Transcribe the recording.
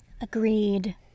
Agreed